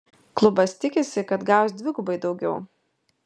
klubas tikisi kad gaus dvigubai daugiau